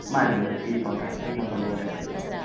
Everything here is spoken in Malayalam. മതി മതി ഈ കോൺടാക്ട് ഈ നമ്പറിൽ കോൺടാക്ട് ചെയ്താൽ മതി